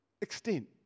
extent